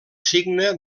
signe